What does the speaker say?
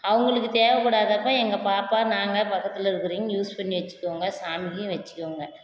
அவங்களுக்கு தேவைப்படாதப்ப எங்கள் பாப்பா நாங்கள் பக்கத்தில் இருக்கிறவிங்க யூஸ் பண்ணி வச்சுக்குவோங்க சாமிக்கும் வச்சுக்கிவோங்க